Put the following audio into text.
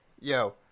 Yo